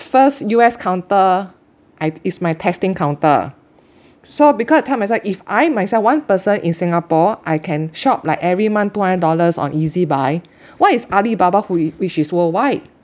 first U_S counter I is my testing counter so because I tell myself if I myself one person in singapore I can shop like every month two hundred dollars on ezbuy what is Alibaba who i~ which is worldwide